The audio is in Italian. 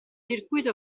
circuito